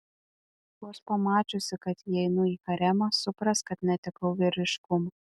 vos pamačiusi kad įeinu į haremą supras kad netekau vyriškumo